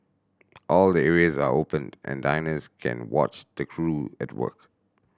all the areas are open and diners can watch the crew at work